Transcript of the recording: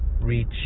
reach